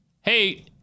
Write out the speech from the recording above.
Hey